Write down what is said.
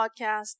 Podcast